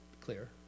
clear